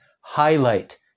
highlight